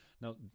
Now